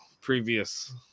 previous